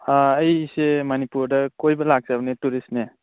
ꯑꯥ ꯑꯩꯁꯦ ꯃꯅꯤꯄꯨꯔꯗ ꯀꯣꯏꯕ ꯂꯥꯛꯆꯕꯅꯦ ꯇꯨꯔꯤꯁꯅꯦ